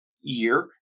year